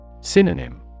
Synonym